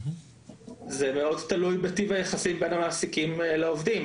זה מאוד תלוי בטיב היחסים בין המעסיקים לעובדים.